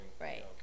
Right